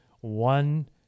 one